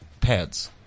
pads